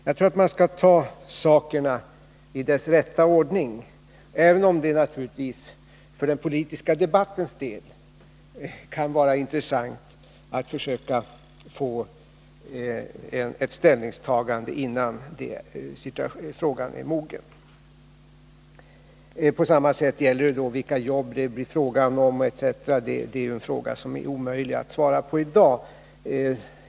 Jag tror att man skall ta sakerna i deras rätta ordning, även om det naturligtvis för den politiska debattens skull kan vara intressant att försöka få ett ställningstagande innan tiden är mogen. Samma sak gäller beträffande vilka jobb det blir fråga om — den frågan är omöjlig att svara på i dag.